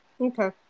Okay